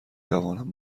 توانم